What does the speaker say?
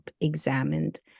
examined